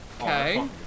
Okay